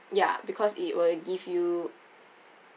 ya because it will give you